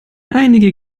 einige